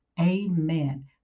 Amen